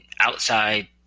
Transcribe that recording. outside